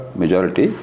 majority